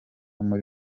muri